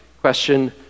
question